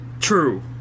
True